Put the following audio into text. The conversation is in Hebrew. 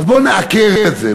אז בוא נעקר את זה,